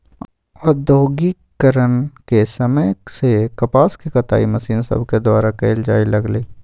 औद्योगिकरण के समय से कपास के कताई मशीन सभके द्वारा कयल जाय लगलई